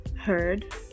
heard